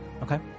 okay